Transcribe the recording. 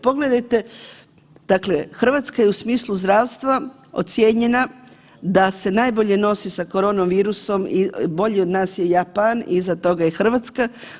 Pogledajte, dakle Hrvatska je u smislu zdravstva ocjenjena da se najbolje nosi sa korona virusom i bolji od nas je Japan, iza toga je Hrvatska.